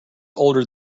older